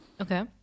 Okay